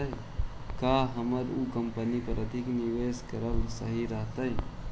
का हमर उ कंपनी पर अधिक निवेश करल सही रहतई?